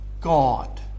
God